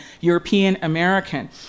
European-American